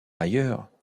ailleurs